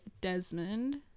Desmond